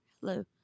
hello